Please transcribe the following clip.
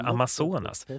Amazonas